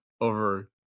over